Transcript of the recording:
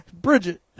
Bridget